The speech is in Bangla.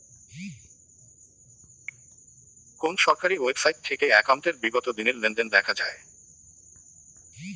কোন সরকারি ওয়েবসাইট থেকে একাউন্টের বিগত দিনের লেনদেন দেখা যায়?